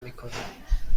میکنم